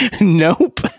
Nope